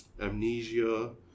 amnesia